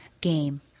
game